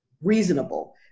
reasonable